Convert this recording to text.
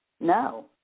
no